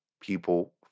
people